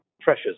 pressures